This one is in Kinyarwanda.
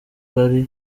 party